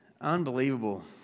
Unbelievable